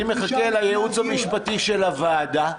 אני מחכה לייעוץ המשפטי של הוועדה,